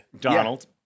Donald